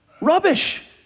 Rubbish